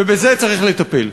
ובזה צריך לטפל.